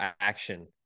action